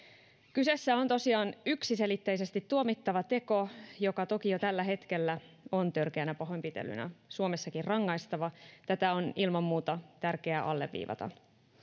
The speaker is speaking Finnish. kyseessä on tosiaan yksiselitteisesti tuomittava teko joka toki jo tällä hetkellä on törkeänä pahoinpitelynä suomessakin rangaistava tätä on ilman muuta tärkeää alleviivata